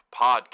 Podcast